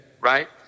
Right